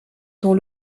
dont